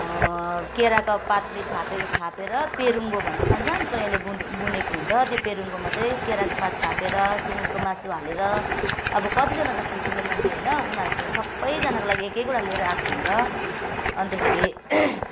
केराको पातले छापेको छापेर पेरुङो भन्छ सानसानो चोयाले बुँदेको बुनेको हुन्छ त्यो पेरुङोमा चाहिँ केराको पात छापेर सुँगुरको मासु हालेर अब कतिजना छ ठुल्ठुलो मान्छे होइन उनीहरूको सबैजनाको लागि एक एकवटा लिएर आएको हुन्छ अन्तखेरि